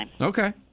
Okay